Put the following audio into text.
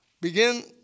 begin